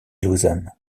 lausanne